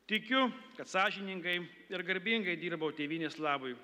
tikiu kad sąžiningai ir garbingai dirbau tėvynės labui